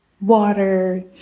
water